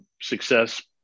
success